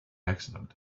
accident